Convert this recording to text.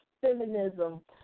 feminism